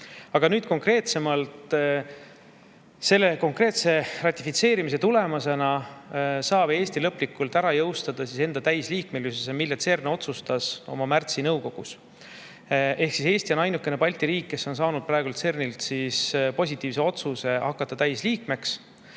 Aga nüüd konkreetsemalt. Selle konkreetse ratifitseerimise tulemusena saab Eesti lõplikult ära jõustada enda täisliikmelisuse, mille CERN otsustas märtsis oma nõukogus. Eesti on ainukene Balti riik, kes on saanud CERN-ilt positiivse otsuse täisliikmeks